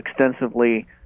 extensively